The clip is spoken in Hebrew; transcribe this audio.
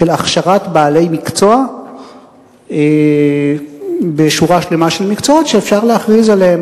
של הכשרת בעלי מקצוע בשורה שלמה של מקצועות שאפשר להכריז עליהם.